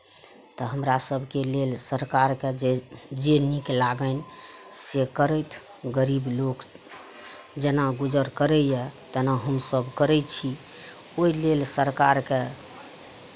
तऽ हमरा सभके लेल सरकारके जे जे नीक लागनि से करथि गरीब लोक जेना गुजर करैए तेना हमसभ करै छी ओहि लेल सरकारकेँ